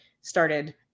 started